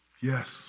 Yes